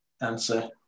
answer